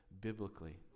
biblically